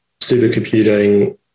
supercomputing